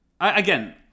Again